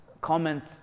comment